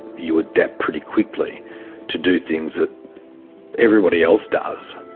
you adapt pretty quickly to do things that everybody else does,